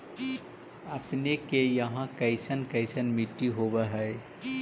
अपने के यहाँ कैसन कैसन मिट्टी होब है?